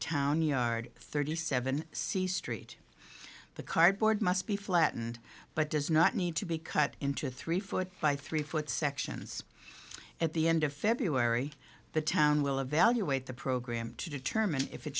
town yard thirty seven c street the cardboard must be flattened but does not need to be cut into three foot by three foot sections at the end of february the town will evaluate the program to determine if it